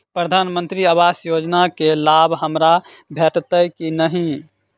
प्रधानमंत्री आवास योजना केँ लाभ हमरा भेटतय की नहि?